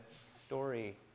story